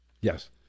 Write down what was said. Yes